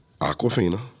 Aquafina